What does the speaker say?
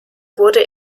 wurde